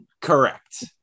Correct